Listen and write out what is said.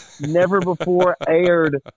never-before-aired